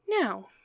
Now